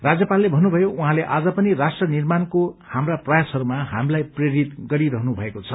राज्यपालले भन्नुभयो उहाँले आज पनि राष्ट्र निर्माणको हाम्रा प्रयासहरूमा हामीलाई प्रेरित गरिरहनुभएको छ